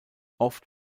oft